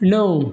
णव